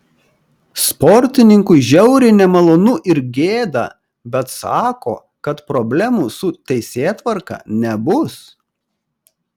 sportininkui žiauriai nemalonu ir gėda bet sako kad problemų su teisėtvarka nebus